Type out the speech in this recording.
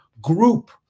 group